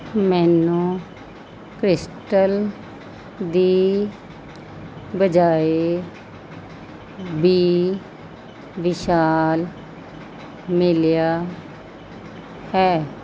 ਮੈਨੂੰ ਕ੍ਰਿਸਟਲ ਦੀ ਬਜਾਏ ਬੀ ਵਿਸ਼ਾਲ ਮਿਲਿਆ ਹੈ